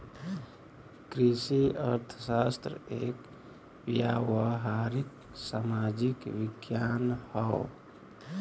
कृषि अर्थशास्त्र एक व्यावहारिक सामाजिक विज्ञान हौ